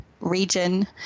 region